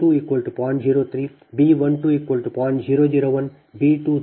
01 B 22 0